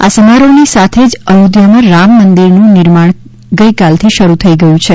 આ સમારોફની સાથે જ અયોધ્યામાં રામ મંદિરનું નિર્માણ ગઈકાલથી શરૂ થઈ રહ્યું છે